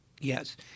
Yes